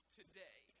today